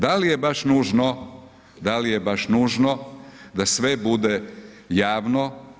Da li je baš nužno, da li je baš nužno da sve bude javno?